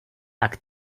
tak